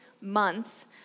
months